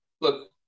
Look